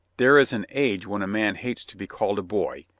there is an age when a man hates to be called a boy,